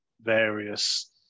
various